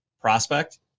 prospect